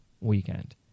weekend